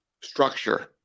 structure